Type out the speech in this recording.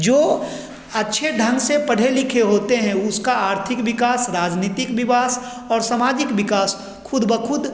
जो अच्छे ढंग से पढ़े लिखे होते हैं उसका आर्थिक विकास राजनीतिक विकास और सामाजिक विकास खुद ब खुद